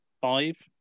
five